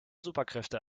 superkräfte